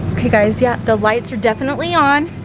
okay guys, yeah, the lights are definitely on